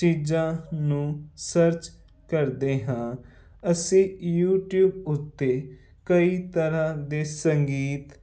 ਚੀਜ਼ਾਂ ਨੂੰ ਸਰਚ ਕਰਦੇ ਹਾਂ ਅਸੀਂ ਯੂਟੀਊਬ ਉੱਤੇ ਕਈ ਤਰ੍ਹਾਂ ਦੇ ਸੰਗੀਤ